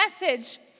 message